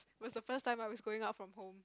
was the first time I was going out from home